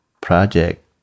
project